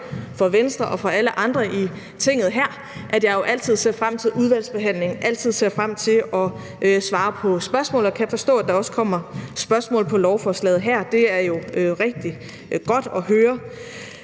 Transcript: for Venstre og for alle andre i Tinget her, at jeg jo altid ser frem til udvalgsbehandlingen og til at svare på spørgsmål, og jeg kan forstå, at der også kommer spørgsmål til lovforslaget her, og det er jo rigtig godt at høre.